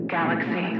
Galaxy